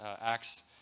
Acts